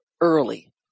early